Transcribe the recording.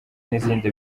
n’izindi